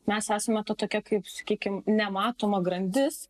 mes esame ta tokia kaip sakykim nematoma grandis